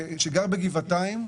וגר בגבעתיים,